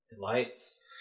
Lights